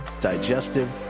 digestive